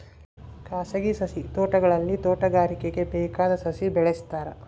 ಖಾಸಗಿ ಸಸಿ ತೋಟಗಳಲ್ಲಿ ತೋಟಗಾರಿಕೆಗೆ ಬೇಕಾದ ಸಸಿ ಬೆಳೆಸ್ತಾರ